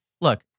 Look